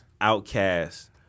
Outcast